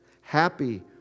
happy